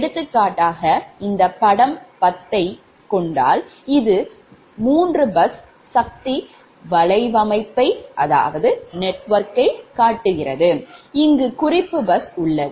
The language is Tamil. எடுத்துக்காட்டாக இந்த படம் 10யை எடுத்துக் கொண்டால் இது 3 பஸ் சக்தி வலையமைப்பைக் காட்டுகிறது அங்கு குறிப்பு பஸ் உள்ளது